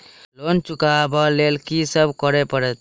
Loan चुका ब लैल की सब करऽ पड़तै?